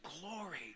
glory